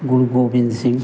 Guru Gobind Singh